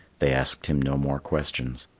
they asked him no more questions.